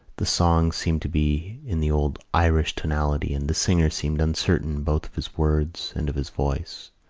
the song seemed to be in the old irish tonality and the singer seemed uncertain both of his words and of his voice.